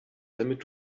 damit